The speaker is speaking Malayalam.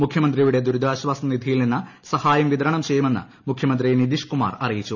മുഖ്യമന്ത്രിയുടെ ദുരിതാശ്വാസ നിധിയിൽ നിന്ന് സഹായം വിതരണം ചെയ്യുമെന്ന് മുഖ്യമന്ത്രി നിതീഷ് കുമാർ അറിയിച്ചു